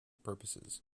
purposes